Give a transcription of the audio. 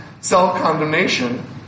self-condemnation